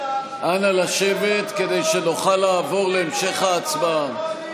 אנא לשבת, כדי שנוכל לעבור להמשך ההצבעה.